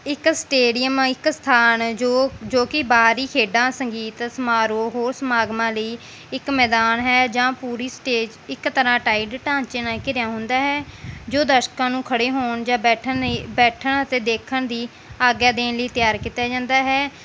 ਇੱਕ ਸਟੇਡੀਅਮ ਆ ਇੱਕ ਸਥਾਨ ਜੋ ਜੋ ਕਿ ਬਾਹਰੀ ਖੇਡਾਂ ਸੰਗੀਤ ਸਮਾਰੋਹ ਹੋਰ ਸਮਾਗਮਾਂ ਲਈ ਇੱਕ ਮੈਦਾਨ ਹੈ ਜਾਂ ਪੂਰੀ ਸਟੇਜ ਇੱਕ ਤਰ੍ਹਾਂ ਟਾਈਡ ਢਾਂਚੇ ਨਾ ਘਿਰਿਆ ਹੁੰਦਾ ਹੈ ਜੋ ਦਰਸ਼ਕਾਂ ਨੂੰ ਖੜ੍ਹੇ ਹੋਣ ਜਾਂ ਬੈਠਣ ਨਹੀਂ ਬੈਠਣ ਅਤੇ ਦੇਖਣ ਦੀ ਆਗਿਆ ਦੇਣ ਲਈ ਤਿਆਰ ਕੀਤਾ ਜਾਂਦਾ ਹੈ